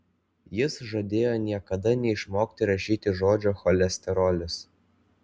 jis žadėjo niekada neišmokti rašyti žodžio cholesterolis